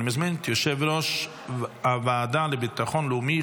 אני מזמין את יושב-ראש הוועדה לביטחון לאומי,